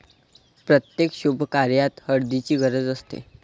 प्रत्येक शुभकार्यात हळदीची गरज असते